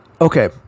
okay